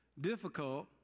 difficult